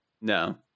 No